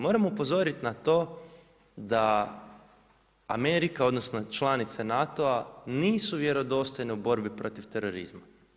Moramo upozoriti na to da Amerika, odnosno članice NATO-a nisu vjerodostojne u borbi protiv terorizma.